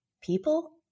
people